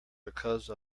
because